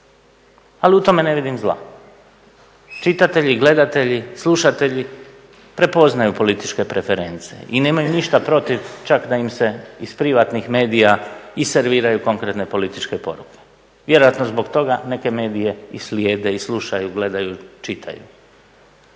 ali u tome ne vidim zla. Čitatelji, gledatelji, slušatelji prepoznaju političke preference i nemaju ništa protiv čak da im se iz privatnih medija i serviraju konkretne političke poruke. Vjerojatno zbog toga neke medije i slijede, slušaju, gledaju, čitaju.